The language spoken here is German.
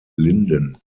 linden